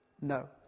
no